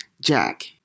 Jack